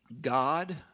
God